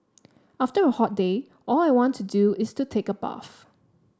after a hot day all I want to do is the take a bath